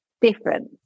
different